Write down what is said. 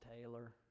Taylor